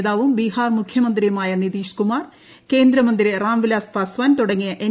നേതാവും ബീഹാർ മുഖ്യമന്ത്രിയ്ക്കുമായ് നിതിഷ് കുമാർ കേന്ദ്രമന്ത്രി റാം വിലാസ് പ്ടാ്സ്ക്യൻ് തുടങ്ങിയ എൻ